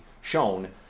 shown